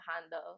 handle